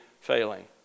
failing